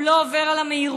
הוא לא עובר על המהירות,